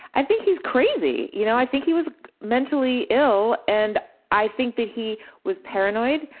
i think he's crazy. you know i think he was mentally ill and i think that he was paranoid,